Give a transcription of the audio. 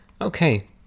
okay